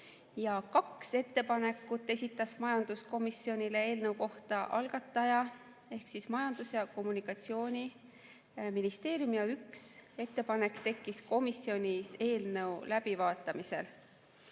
Kaks ettepanekut esitas majanduskomisjonile eelnõu kohta algataja ehk Majandus‑ ja Kommunikatsiooniministeerium ja üks ettepanek tekkis komisjonis eelnõu läbivaatamisel.